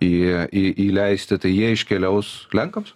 į į įleisti tai jie iškeliaus lenkams